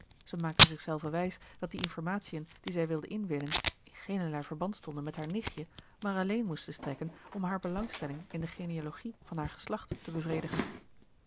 zij maakte zich zelven wijs dat die informatiën die zij wilde inwinnen in geenerlei verband stonden met haar nichtje maar alleen moesten strekken om hare belangstelling in de genealogie van haar geslacht te bevredigen